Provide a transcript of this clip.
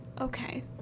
Okay